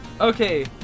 Okay